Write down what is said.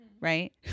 right